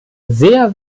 sehr